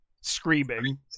screaming